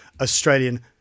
Australian